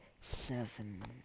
seven